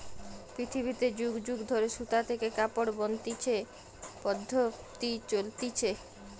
পৃথিবীতে যুগ যুগ ধরে সুতা থেকে কাপড় বনতিছে পদ্ধপ্তি চলতিছে